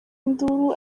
induru